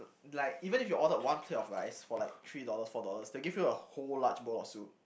like even if you order one plate of rice for like three dollars four dollars they will give you a whole large bowl of soup